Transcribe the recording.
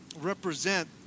represent